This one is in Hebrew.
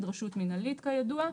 רשות מנהלית כידוע.